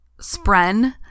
spren